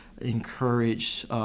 encourage